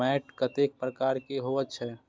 मैंट कतेक प्रकार के होयत छै?